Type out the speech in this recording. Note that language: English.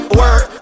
work